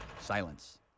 Silence